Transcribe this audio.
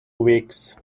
weeks